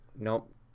Nope